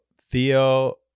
Theo